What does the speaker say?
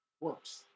works